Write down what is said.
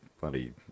bloody